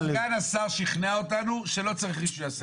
סגן השר שכנע אותנו שלא צריך רישוי עסקים.